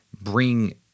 bring